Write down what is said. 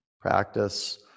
Practice